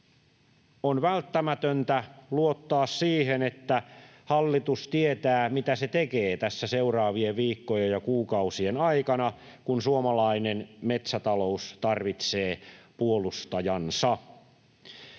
on välttämätöntä luottaa siihen, että hallitus tietää, mitä se tekee tässä seuraavien viikkojen ja kuukausien aikana, kun suomalainen metsätalous tarvitsee puolustajansa.